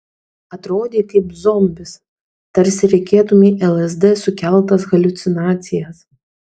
atrodei kaip zombis tarsi regėtumei lsd sukeltas haliucinacijas